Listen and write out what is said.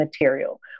material